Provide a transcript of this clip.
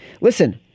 Listen